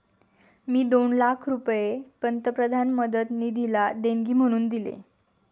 मी दोन लाख रुपये पंतप्रधान मदत निधीला देणगी म्हणून दिले